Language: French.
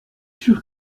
sûr